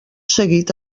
seguit